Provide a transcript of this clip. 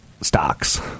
stocks